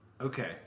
Okay